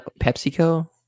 PepsiCo